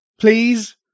Please